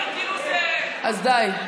אתה מדבר כאילו זה, אתה יודע,